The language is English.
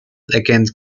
against